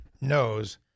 knows